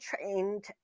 trained